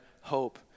hope